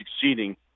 succeeding